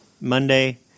Monday